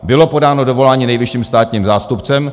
Bylo podáno dovolání nejvyšším státním zástupcem.